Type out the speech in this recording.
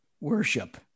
worship